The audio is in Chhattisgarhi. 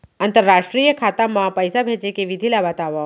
अंतरराष्ट्रीय खाता मा पइसा भेजे के विधि ला बतावव?